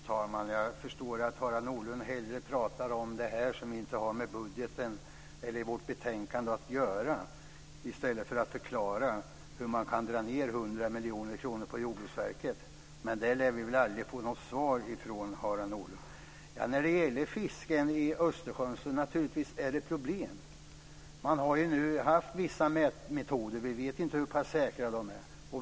Fru talman! Jag förstår att Harald Nordlund hellre talar om det som inte har med budgeten eller vårt betänkande att göra i stället för att förklara hur man kan dra ned 100 miljoner kronor på Jordbruksverket. Det lär vi aldrig få något svar på från Harald Nordlund. Det är naturligtvis problem med fisken i Östersjön. Man har nu haft vissa mätmetoder. Vi vet inte hur pass säkra de är.